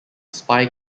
spy